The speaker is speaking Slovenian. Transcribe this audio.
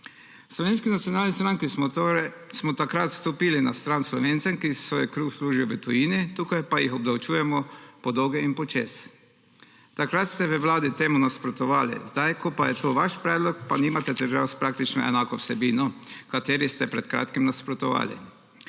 Slovenski nacionalni stranki smo takrat stopili na stran Slovencem, ki svoj kruh služijo v tujini, tukaj pa jih obdavčujemo po dolgem in počez. Takrat ste v Vladi temu nasprotovali, sedaj, ko pa je to vaš predlog, pa nimate težav s praktično enako vsebino, kateri ste pred kratkim nasprotovali.